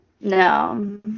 No